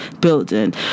building